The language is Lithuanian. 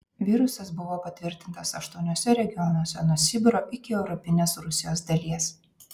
virusas buvo patvirtintas aštuoniuose regionuose nuo sibiro iki europinės rusijos dalies